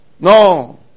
No